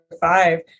five